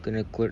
kena code